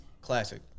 classic